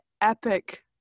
epic